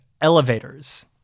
elevators